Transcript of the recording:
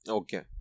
okay